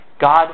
God